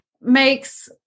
makes